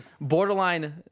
borderline